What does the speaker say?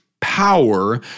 power